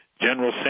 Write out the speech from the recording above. General